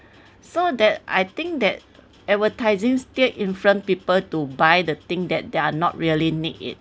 so that I think that advertising still influence people to buy the thing that they're not really need it